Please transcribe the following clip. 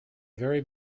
very